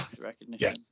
recognition